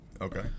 okay